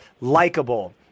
likable